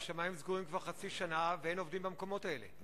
והשמים סגורים כבר חצי שנה ואין עובדים במקומות האלה.